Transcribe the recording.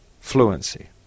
fluency